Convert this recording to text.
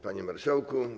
Panie Marszałku!